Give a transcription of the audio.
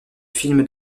film